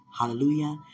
Hallelujah